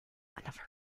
another